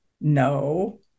No